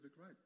right